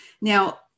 Now